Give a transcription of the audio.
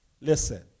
Listen